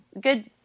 Good